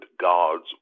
God's